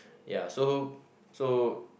ya so so